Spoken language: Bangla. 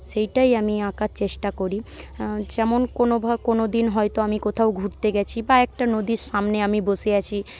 সেইটাই আমি আঁকার চেষ্টা করি যেমন কোন কোন দিন হয়তো আমি কোথাও ঘুরতে গেছি বা একটা নদীর সামনে আমি বসে আছি